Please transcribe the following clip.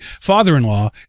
father-in-law